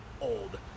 old